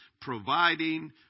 providing